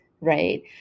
Right